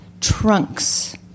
trunks